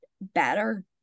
better